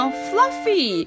fluffy